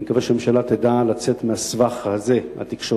אני מקווה שהממשלה תדע לצאת מהסבך התקשורתי,